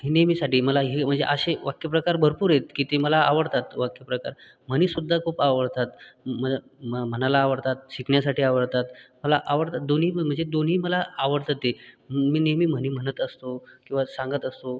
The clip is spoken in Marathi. हे नेहमीसाठी मला हे म्हणजे असे वाक्यप्रकार भरपूर आहेत की ते मला आवडतात वाक्यप्रकार म्हणी सुद्धा खूप आवडतात म मला म्हणाला आवडतात शिकण्यासाठी आवडतात मला आवडतात दोन्ही पण म्हणजे दोन्ही मला आवडतं ते मी नेहमी म्हणी म्हणत असतो किंवा सांगत असतो